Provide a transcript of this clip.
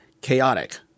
chaotic